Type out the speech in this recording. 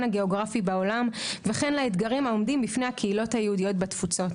הגיאוגרפי בעולם וכן לאתגרים העומדים בפני הקהילות היהודיות בתפוצות.